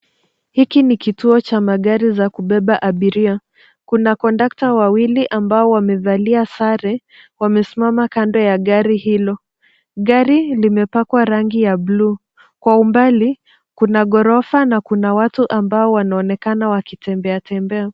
Hiki ni kituo cha magari za kubeba abiria kuna kondakta wawili ambao wamevalia sare, wamesimama kando ya gari hilo. Gari limepakwa rangi ya bluu kwa umbali kuna gorofa na kuna watu ambao wanaonekana wakitembea tembea.